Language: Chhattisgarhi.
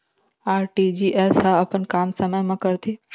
आर.टी.जी.एस ह अपन काम समय मा करथे?